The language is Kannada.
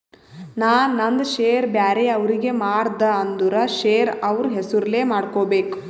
ನಾ ನಂದ್ ಶೇರ್ ಬ್ಯಾರೆ ಅವ್ರಿಗೆ ಮಾರ್ದ ಅಂದುರ್ ಶೇರ್ ಅವ್ರ ಹೆಸುರ್ಲೆ ಮಾಡ್ಕೋಬೇಕ್